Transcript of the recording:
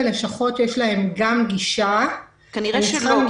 בלשכות יש להם גם גישה -- כנראה שלא,